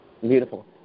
Beautiful